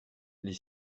les